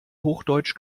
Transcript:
hochdeutsch